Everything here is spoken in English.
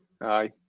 Aye